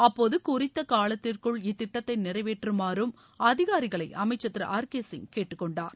அப்போது சூறித்த காலத்திற்குள் இத்திட்டத்தை நிறைவேற்றுமாறும் அதிகாரிகளை அமைச்ச் திரு ஆர் கே சிங் கேட்டுக்கொண்டார்